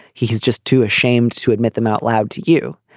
he is just too ashamed to admit them out loud to you.